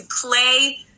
play